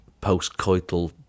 post-coital